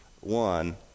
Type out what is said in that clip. One